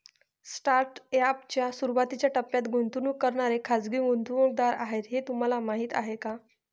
Startup च्या सुरुवातीच्या टप्प्यात गुंतवणूक करणारे खाजगी गुंतवणूकदार आहेत हे तुम्हाला माहीत आहे का?